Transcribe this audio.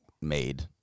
made